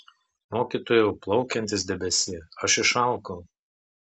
mokytojau plaukiantis debesie aš išalkau